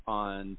on